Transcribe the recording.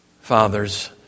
fathers